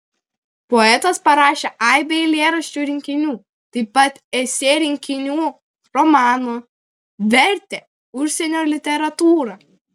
poetas parašė aibę eilėraščių rinkinių taip pat esė rinkinių romanų vertė užsienio literatūrą